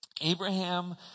Abraham